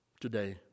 today